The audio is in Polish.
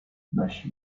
nasi